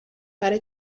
para